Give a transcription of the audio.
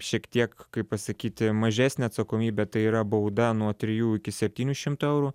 šiek tiek kaip pasakyti mažesnė atsakomybė tai yra bauda nuo trijų iki septynių šimtų eurų